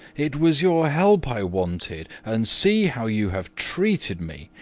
it was your help i wanted, and see how you have treated me!